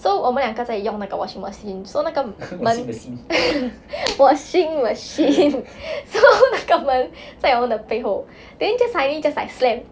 so 我们两个在用那个 washing macine~ so 那个门 washing machine so 那个门在我们的背后 then just suddenly just like slam